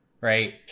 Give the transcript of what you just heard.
right